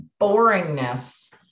boringness